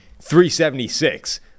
376